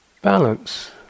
balance